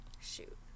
Shoot